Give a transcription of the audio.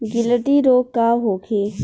गिलटी रोग का होखे?